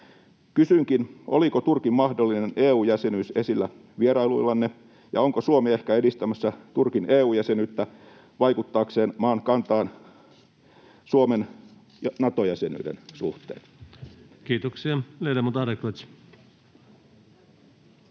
Kysynkin: oliko Turkin mahdollinen EU-jäsenyys esillä vierailuillanne, ja onko Suomi ehkä edistämässä Turkin EU-jäsenyyttä vaikuttaakseen maan kantaan Suomen Nato-jäsenyyden suhteen? [Speech